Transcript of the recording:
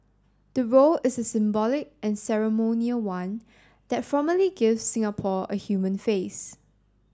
the role is a symbolic and ceremonial one that formally gives Singapore a human face